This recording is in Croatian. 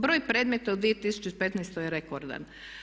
Broj predmeta u 2015. je rekordan.